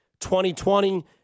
2020